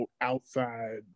outside